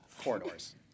corridors